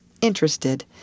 interested